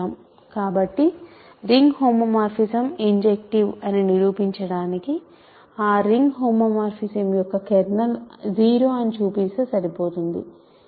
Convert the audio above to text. కాబట్టి ring homomorphism injective అని నిరూపించడానికి ఆ రింగ్ హోమోమార్ఫిజం యొక్క కెర్నల్ 0 అని చూపిస్తే సరిపోతుంది